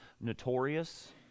notorious